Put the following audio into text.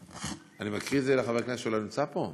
אני מקריא את זה לחבר כנסת שלא נמצא פה?